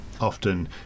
often